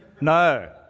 No